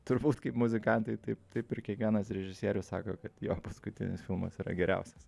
turbūt kaip muzikantai taip taip ir kiekvienas režisierius sako kad jo paskutinis filmas yra geriausias